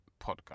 podcast